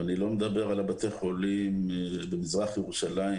ואני לא מדבר על בתי החולים במזרח ירושלים